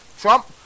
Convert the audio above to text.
Trump